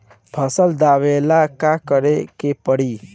फसल दावेला का करे के परी?